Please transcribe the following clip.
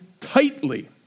tightly